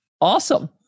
Awesome